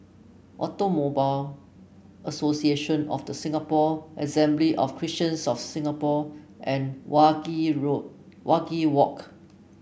Automobile Association of The Singapore Assembly of Christians of Singapore and Wajek Road Wajek Walk